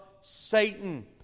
Satan